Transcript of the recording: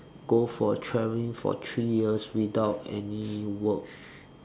go for traveling for three years without any work